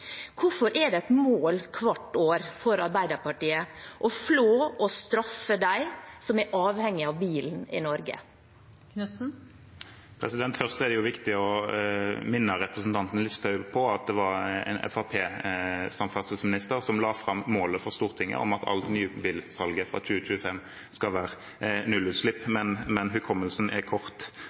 Hvorfor er det hvert år et mål for Arbeiderpartiet å flå og straffe dem som er avhengige av bilen i Norge? Først er det viktig å minne representanten Listhaug om at det var en Fremskrittsparti-samferdselsminister som la fram for Stortinget målet om at alt nybilsalg fra 2025 skal være av nullutslippsbiler – hukommelsen er kort